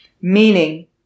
meaning